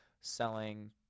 selling